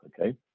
okay